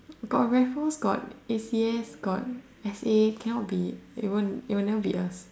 but Raffles got A_C_S got S_A cannot be they won't they won't never beat us